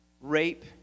rape